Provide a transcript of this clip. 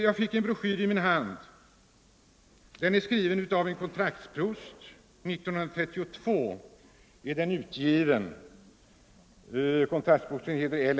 Jag fick en broschyr i min hand, skriven av kontraktsprosten L.